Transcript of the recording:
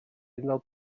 unol